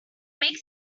makes